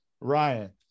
Ryan